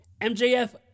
MJF